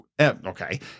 Okay